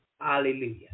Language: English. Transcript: Hallelujah